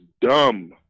dumb